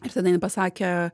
ir tada jinai pasakė